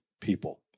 people